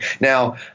Now